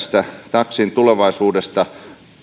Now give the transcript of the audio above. taksin tulevaisuudesta